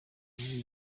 muri